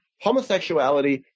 homosexuality